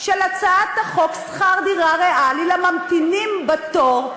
על הצעת חוק שכר דירה ריאלי לממתינים בתור.